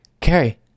Carrie